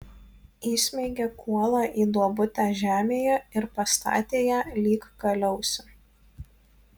įsmeigė kuolą į duobutę žemėje ir pastatė ją lyg kaliausę